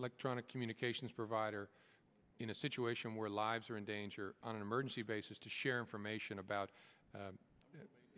electronic communications provider in a situation where lives are in danger on an emergency basis to share information about